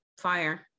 Fire